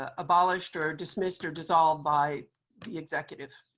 ah abolished, or dismissed, or dissolved by the executive.